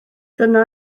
dyna